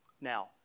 Now